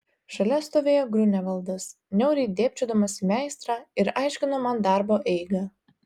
šalia stovėjo griunevaldas niauriai dėbčiodamas į meistrą ir aiškino man darbo eigą